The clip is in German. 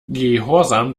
gehorsam